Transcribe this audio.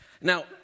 Now